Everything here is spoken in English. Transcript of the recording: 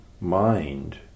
mind